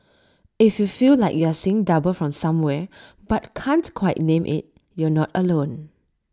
if you feel like you're seeing double from somewhere but can't quite name IT you're not alone